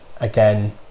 again